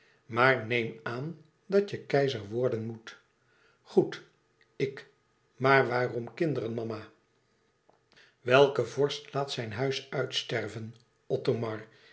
maar neem aan dat je keizer worden moet goed ik maar waarom kinderen mama welke vorst laat zijn huis uitsterven othomar